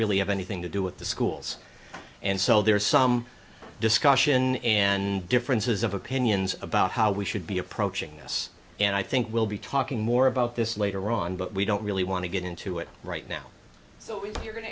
really have anything to do with the schools and so there is some discussion and differences of opinions about how we should be approaching this and i think we'll be talking more about this later on but we don't really want to get into it right now so we're go